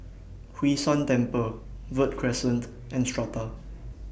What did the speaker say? Hwee San Temple Verde Crescent and Strata